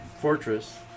fortress